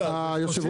היושב